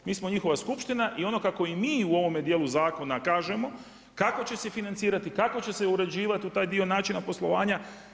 Mi smo njihova skupština i ono kako i mi u ovome dijelu zakona kažemo, kako će se financirati, kako će se uređivati u taj dio načina poslovanja.